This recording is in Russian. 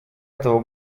этого